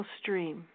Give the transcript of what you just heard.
stream